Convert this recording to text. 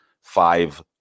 five